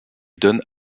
donne